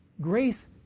Grace